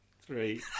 Three